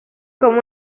como